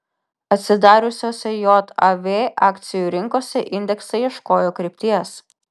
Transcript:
atsidariusiose jav akcijų rinkose indeksai ieškojo krypties